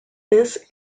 this